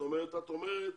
זאת אומרת את אומרת